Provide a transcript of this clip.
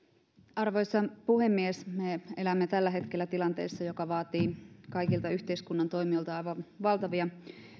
arvoisa puhemies me elämme tällä hetkellä tilanteessa joka vaatii kaikilta yhteiskunnan toimijoilta aivan valtavia